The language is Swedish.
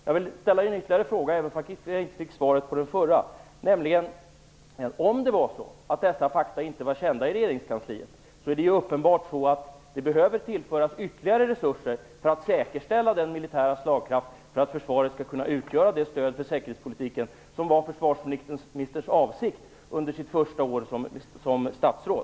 Jag vill ställa en ytterligare fråga, även om jag inte fick svar på den förra. Om det var så att dessa fakta inte var kända i regeringskansliet behövs det uppenbarligen tillföras ytterligare resurser för att säkerställa den militära slagkraft så att försvaret skall kunna utgöra det stöd för säkerhetspolitiken som var försvarsministerns avsikt under sitt första år som statsråd.